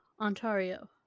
Ontario